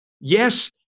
Yes